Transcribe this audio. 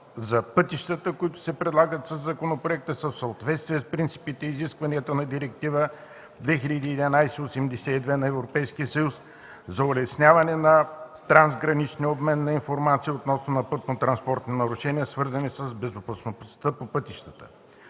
за пътищата, които се предлагат със законопроекта, са в съответствие с принципите и изискванията на Директива 2011/82/ЕС за улесняване на трансграничния обмен на информация относно пътнотранспортни нарушения, свързани с безопасността по пътищата.